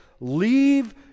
leave